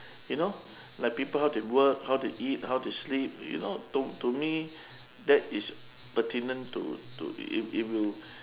you know like people how they work how they eat how they sleep you know to to me that is pertinent to to it it it will